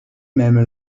même